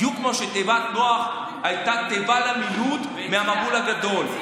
בדיוק כמו שתיבת נח הייתה תיבה למילוט מהמבול הגדול.